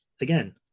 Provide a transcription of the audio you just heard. again